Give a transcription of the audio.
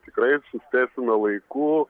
tikrai suspėsime laiku